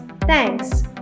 Thanks